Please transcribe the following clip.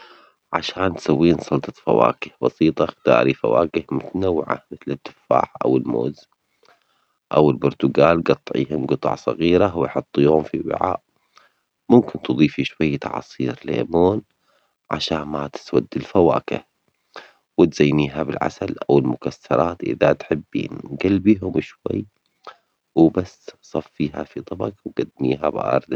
عشان تسوين سلطة فواكه بسيطة، اختاري فواكه متنوعة مثل التفاح أو الموز أو البرتجال، جطعيهم جطع صغيرة وحطيهم في وعاء، ممكن تضيفي شوية عصير ليمون عشان ما تسود الفواكه، زينيها بالعسل أو المكسرات إذا تحبين، جلبيها شوي وبس، صفيها في طبق وجدميها باردة.